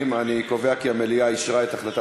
אישור הוראות